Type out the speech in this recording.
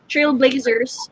Trailblazers